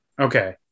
Okay